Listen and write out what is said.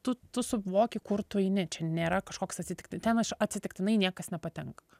tu tu suvoki kur tu eini čia nėra kažkoks atsitikti ten aš atsitiktinai niekas nepatenka